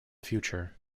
future